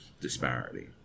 disparity